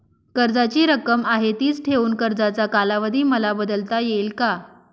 कर्जाची रक्कम आहे तिच ठेवून कर्जाचा कालावधी मला बदलता येईल का?